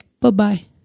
bye-bye